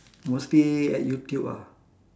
mostly at youtube ah